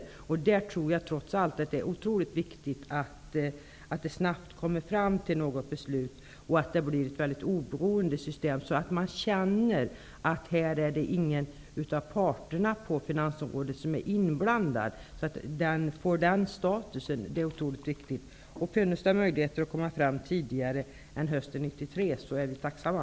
Trots allt tror jag att det är otroligt viktigt att det snabbt blir ett beslut och att det blir ett väldigt oberoende system, så att man känner att ingen av parterna på finansområdet är inblandad. Det är alltså mycket viktigt att åstadkomma en sådan status. Om det finns möjligheter att kommma fram till ett resultat tidigare än hösten 1993 är vi tacksamma.